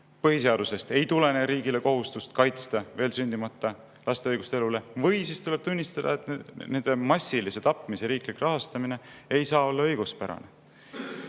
põhiseadusest ei tulene riigi kohustus kaitsta veel sündimata laste õigust elule, või siis tuleb tunnistada, et nende massilise tapmise riiklik rahastamine ei saa olla õiguspärane.